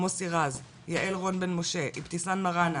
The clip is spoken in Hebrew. נושא הדיון היום הוא הצעה לדיון מהיר: